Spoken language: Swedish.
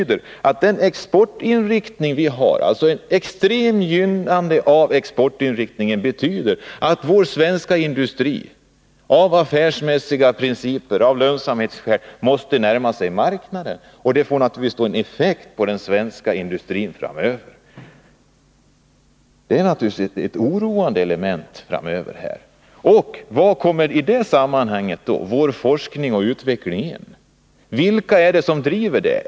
Den exportinriktning som vi har, dvs. ett extremt gynnande av exportinriktning, innebär att vår svenska industri av affärsmässiga principer, av lönsamhetsskäl, måste närma sig marknaden. Det får naturligtvis en effekt på den svenska industrin framöver. Detta är naturligtvis ett oroande element för framtiden. Och var kommer vår forskning och utveckling in i det sammanhanget? Vilka är det som bedriver den?